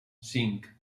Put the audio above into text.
cinc